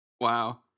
Wow